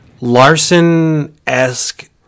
Larson-esque